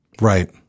Right